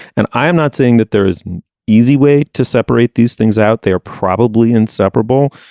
and i am not saying that there is easy way to separate these things out they are probably inseparable.